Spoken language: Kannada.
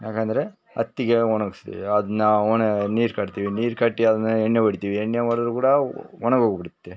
ಯಾಕಂದ್ರೆ ಹತ್ತಿಗೆ ಒಣಗಿಸ್ತೀವಿ ಅದನ್ನ ನೀರು ಕಟ್ತಿವಿ ನೀರು ಕಟ್ಟಿ ಆದ್ಮೇಲೆ ಎಣ್ಣೆ ಹೊಡಿತೀವಿ ಎಣ್ಣೆ ಹೊಡೆದ್ರು ಕೂಡ ಒಣಗೋಗಿ ಬಿಡುತ್ತೆ